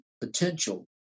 potential